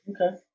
Okay